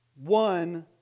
One